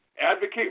advocate